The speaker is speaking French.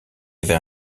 avait